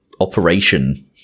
operation